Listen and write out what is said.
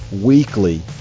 weekly